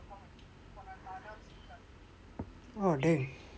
oh damn